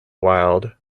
wild